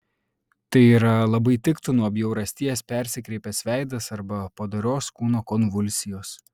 tai yra labai tiktų nuo bjaurasties persikreipęs veidas arba padorios kūno konvulsijos